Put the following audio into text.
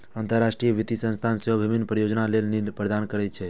अंतरराष्ट्रीय वित्तीय संस्थान सेहो विभिन्न परियोजना लेल ऋण प्रदान करै छै